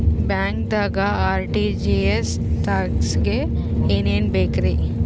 ಬ್ಯಾಂಕ್ದಾಗ ಆರ್.ಟಿ.ಜಿ.ಎಸ್ ತಗ್ಸಾಕ್ ಏನೇನ್ ಬೇಕ್ರಿ?